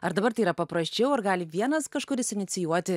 ar dabar tai yra paprasčiau ar gali vienas kažkuris inicijuoti